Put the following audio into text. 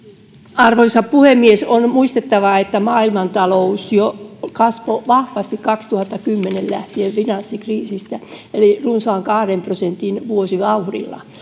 arvoisa puhemies on muistettava että maailmantalous kasvoi vahvasti jo kaksituhattakymmenen lähtien finanssikriisistä eli runsaan kahden prosentin vuosivauhdilla